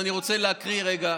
עכשיו אני רוצה להקריא רגע,